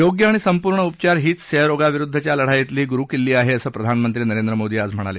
योग्य आणि संपूर्ण उपचार हीच क्षयरोगाविरुद्धच्या लढाईतली गुरुकिल्ली आहे असं प्रधानमंत्री नरेंद्र मोदी आज म्हणाले